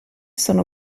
sono